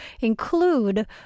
include